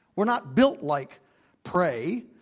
we're not built like prey.